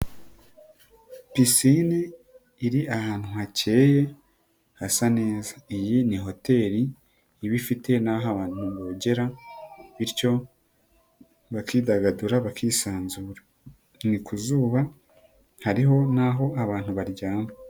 Pisinine iri ahantu hakeye, hasa neza. Iyi ni hoteri iba ifite naho abantu bogera bityo bakidagadura bakisanzura. Ni ku zuba, hariho n'aho abantu baryama.